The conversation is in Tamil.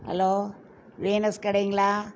ஹலோ வீனஸ் கடைங்களா